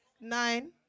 nine